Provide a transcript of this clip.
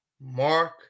Mark